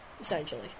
essentially